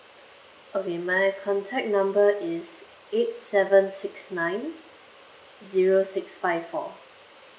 okay my contact number is eight seven six nine zero six five four